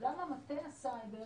למה מטה הסייבר